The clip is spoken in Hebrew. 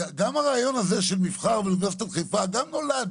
גם הרעיון הזה של מבח"ר ואוניברסיטת חיפה, גם נולד